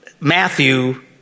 Matthew